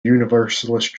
universalist